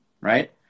right